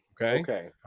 Okay